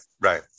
right